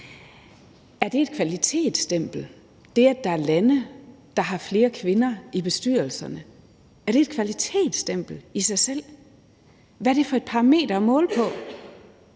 Er det et kvalitetsstempel, at der er lande, der har flere kvinder i bestyrelserne? Er det et kvalitetsstempel i sig selv? Hvad er det for et parameter at måle på?